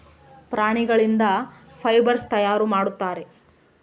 ಪ್ರಾಣಿಗಳಿಂದ ಫೈಬರ್ಸ್ ತಯಾರು ಮಾಡುತ್ತಾರೆ